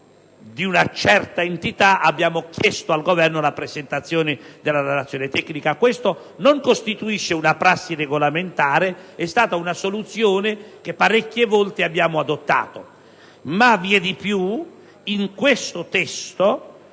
di una certa entità, abbiamo chiesto al Governo la presentazione della relazione tecnica. Questa non costituisce una prassi regolamentare, ma è stata una soluzione che, svariate volte, abbiamo adottato. Ma vi è di più. In questo testo,